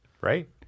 Right